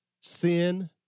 sin